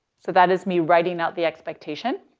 so that is me writing out the expectation,